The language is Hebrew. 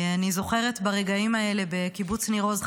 אני זוכרת ברגעים האלה בקיבוץ ניר עוז,